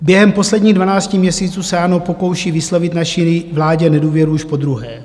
Během posledních dvanácti měsíců se ANO pokouší vyslovit naší vládě nedůvěru už podruhé.